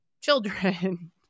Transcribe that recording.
children